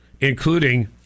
including